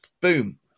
boom